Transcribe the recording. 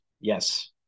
Yes